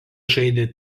žaidė